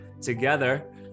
together